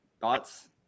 Thoughts